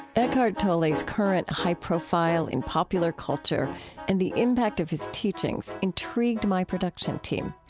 eckhart tolle's current high profile in popular culture and the impact of his teachings intrigued my production team.